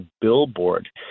billboard